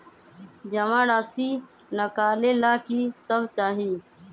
जमा राशि नकालेला कि सब चाहि?